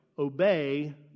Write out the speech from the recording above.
Obey